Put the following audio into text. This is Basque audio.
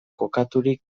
kokaturik